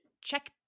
check